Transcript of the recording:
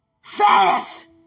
fast